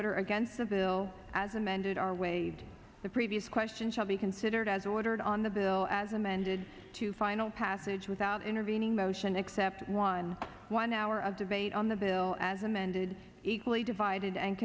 order against the bill as amended the previous question shall be considered as ordered on the bill as amended to final passage without intervening motion except one one hour of debate on the bill as amended equally divided and